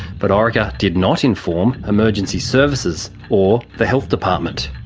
but orica did not inform emergency services or the health department.